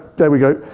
there we go.